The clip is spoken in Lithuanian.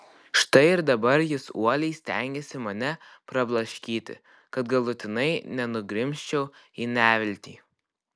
štai ir dabar jis uoliai stengiasi mane prablaškyti kad galutinai nenugrimzčiau į neviltį